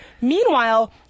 Meanwhile